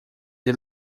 ele